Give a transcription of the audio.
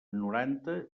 noranta